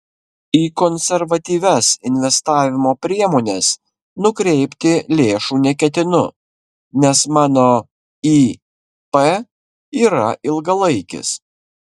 į konservatyvias investavimo priemones nukreipti lėšų neketinu nes mano ip yra ilgalaikis